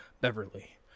Beverly